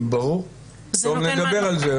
ברור, נדבר על זה.